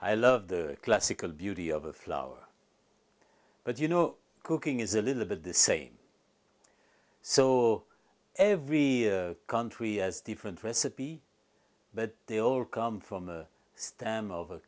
i love the classical beauty of a flower but you know cooking is a little bit the same so every country has different recipes but they all come from the stem of